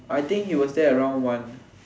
I think he was there around one